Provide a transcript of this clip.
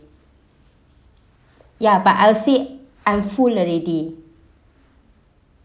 ya but I'll say I'm full already